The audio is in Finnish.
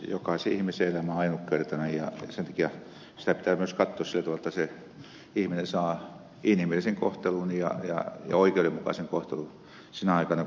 jokaisen ihmisen elämä on ainutkertainen ja sen takia sitä pitää myös katsoa sillä tavalla että se ihminen saa inhimillisen kohtelun ja oikeudenmukaisen kohtelun sinä aikana kun elää täällä